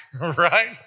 right